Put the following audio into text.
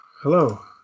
Hello